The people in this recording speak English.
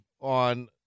on